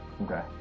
Okay